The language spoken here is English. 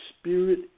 spirit